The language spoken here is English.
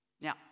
Now